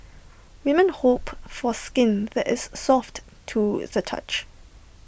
women hope for skin that is soft to the touch